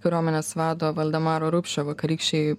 kariuomenės vado valdemaro rupšio vakarykščiai